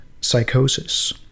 psychosis